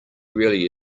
really